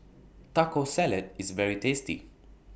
Taco Salad IS very tasty